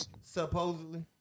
supposedly